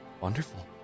Wonderful